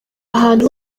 ahantu